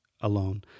alone